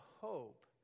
hope